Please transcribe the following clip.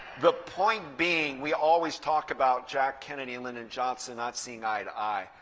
the point being, we always talk about jack kennedy, lyndon johnson not seeing eye to eye.